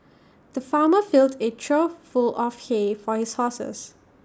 the farmer filled A trough full of hay for his horses